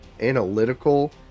analytical